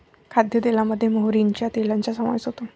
खाद्यतेलामध्ये मोहरीच्या तेलाचा समावेश होतो